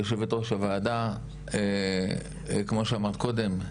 יושבת ראש הוועדה, כמו שאמרת קודם,